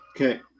Okay